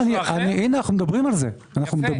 אנחנו מדברים על זה.